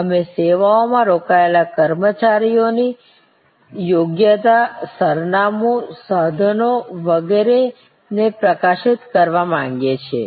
અમે સેવાઓમાં રોકાયેલા કર્મચારીઓને તેમની યોગ્યતા તેમનું સરનામું તેમના સાધનો વગેરેને પ્રકાશિત કરવા માંગીએ છીએ